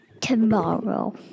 Tomorrow